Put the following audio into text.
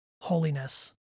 holiness